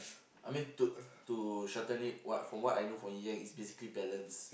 I mean to to shorten it what from what I know from ying yang is basically balance